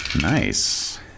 nice